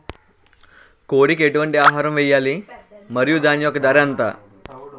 కోడి కి ఎటువంటి ఆహారం వేయాలి? మరియు దాని యెక్క ధర ఎంత?